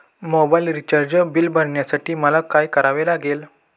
Mobile recharge bill भरण्यासाठी मला काय करावे लागेल?